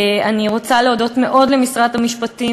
אני רוצה להודות מאוד למשרד המשפטים